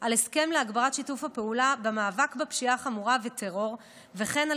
על הסכם להגברת שיתוף הפעולה במאבק בפשיעה חמורה וטרור וכן על